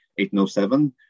1807